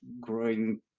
growing